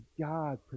God